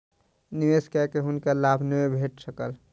निवेश कय के हुनका लाभ नै भेट सकल